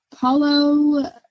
paulo